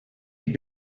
had